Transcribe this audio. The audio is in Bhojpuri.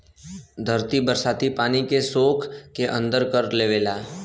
धरती बरसाती पानी के सोख के अंदर कर लेवला